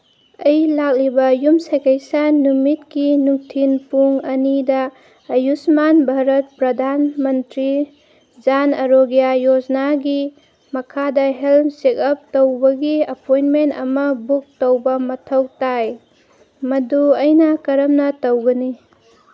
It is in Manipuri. ꯑꯩ ꯂꯥꯛꯂꯤꯕ ꯌꯨꯝꯁꯀꯩꯁ ꯅꯨꯃꯤꯠꯀꯤ ꯅꯨꯡꯊꯤꯟ ꯄꯨꯡ ꯑꯅꯤꯗ ꯑꯌꯨꯁꯃꯥꯟ ꯚꯥꯔꯠ ꯄ꯭ꯔꯙꯥꯟ ꯃꯟꯇ꯭ꯔꯤ ꯖꯥꯟ ꯑꯔꯣꯒ꯭ꯌꯥ ꯌꯣꯖꯅꯥꯒꯤ ꯃꯈꯥꯗ ꯍꯦꯜꯠ ꯆꯦꯛꯑꯞ ꯇꯧꯕꯒꯤ ꯑꯄꯣꯏꯟꯃꯦꯟ ꯑꯃ ꯕꯨꯛ ꯇꯧꯕ ꯃꯊꯧ ꯇꯥꯏ ꯃꯗꯨ ꯑꯩꯅ ꯀꯔꯝꯅ ꯇꯧꯒꯅꯤ